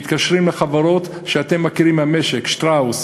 מתקשרים לחברות במשק שאתם מכירים: 'שטראוס',